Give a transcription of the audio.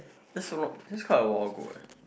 that's not that's kind of war go eh